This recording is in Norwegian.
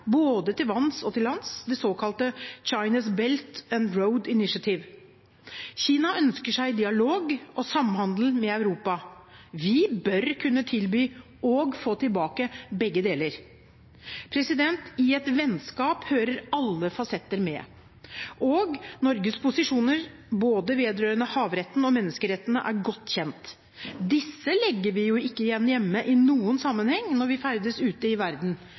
både til vanns og til lands – det såkalte «China’s Belt and Road Initiative». Kina ønsker seg dialog og samhandel med Europa. Vi bør kunne tilby – og få tilbake – begge deler. I et vennskap hører alle fasetter med, og Norges posisjoner vedrørende både havretten og menneskerettene er godt kjent. Disse legger vi ikke igjen hjemme i noen sammenheng når vi ferdes ute i verden